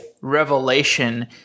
revelation